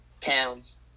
pounds